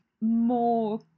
more